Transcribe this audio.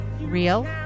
Real